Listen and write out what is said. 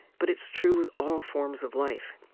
but it's true with all forms of life.